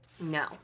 No